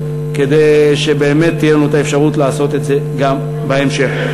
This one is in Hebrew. כדי שבאמת תהיה לנו האפשרות לעשות את זה גם בהמשך.